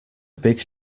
big